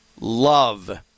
love